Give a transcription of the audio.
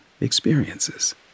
experiences